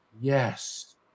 yes